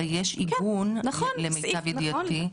הרי יש עיגון למיטב ידיעתי,